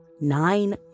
nine